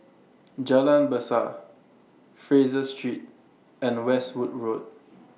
Jalan Besar Fraser Street and Westwood Road